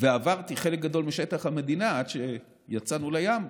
ועברתי חלק גדול משטח המדינה עד שיצאנו לים,